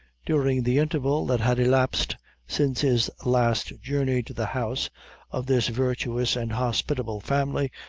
during the interval that had elapsed since his last journey to the house of this virtuous and hospitable family,